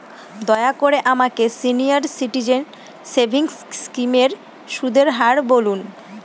দয়া করে আমাকে সিনিয়র সিটিজেন সেভিংস স্কিমের সুদের হার বলুন